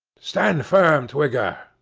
stand firm, twigger!